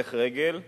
הולך רגל שראה,